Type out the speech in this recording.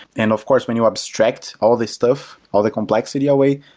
and of course, when you abstract all these stuff, all the complexity away,